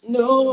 no